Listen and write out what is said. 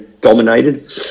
dominated